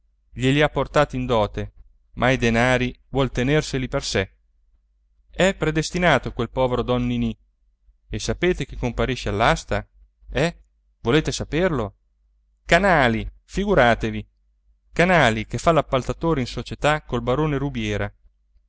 glieli ha portati in dote ma i denari vuol tenerseli per sé è predestinato quel povero don ninì e sapete chi comparisce all'asta eh volete saperlo canali figuratevi canali che fa l'appaltatore in società col barone rubiera